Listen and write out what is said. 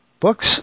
books